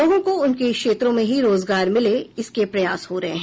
लोगों को उनके क्षेत्रों में ही रोजगार मिले इसके प्रयास हो रहे हैं